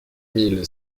mille